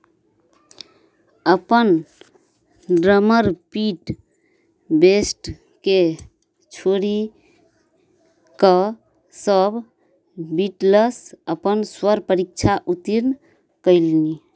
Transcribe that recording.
अपन ड्रमरपीट बेस्टकेँ छोड़ि कऽ सभ बिटलस अपन स्वर परीक्षा उत्तीर्ण कयलनि